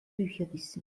bücherwissen